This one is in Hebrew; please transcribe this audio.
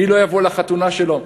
מי לא יבוא לחתונה שלו,